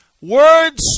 words